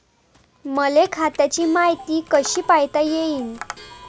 मले खात्याची मायती कशी पायता येईन?